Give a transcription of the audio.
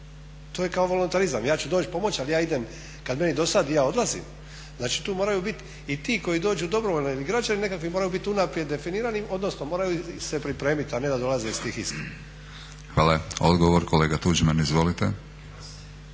To je kao volonterizam, ja ću doći pomoći ali ja idem kad meni dosadi, ja odlazim. Znači tu moraju biti i ti koji dođu dobrovoljno ili građani nekakvi moraju bit unaprijed definirani, odnosno moraju se pripremit, a ne da dolaze iz tih istih. **Batinić, Milorad (HNS)** Hvala. Odgovor, kolega Tuđman izvolite.